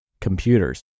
computers